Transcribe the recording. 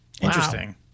Interesting